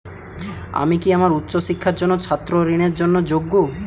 আমি কি আমার উচ্চ শিক্ষার জন্য ছাত্র ঋণের জন্য যোগ্য?